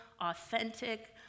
authentic